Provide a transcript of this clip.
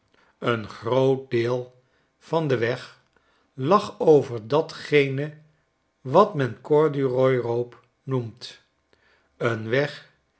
een groot deel van den weg lag over datgene wat men een gorduroyroap noemt een weg